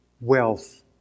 wealth